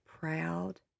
proud